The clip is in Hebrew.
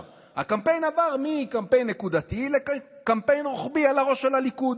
הקמפיין עבר מקמפיין נקודתי לקמפיין רוחבי על הראש של הליכוד.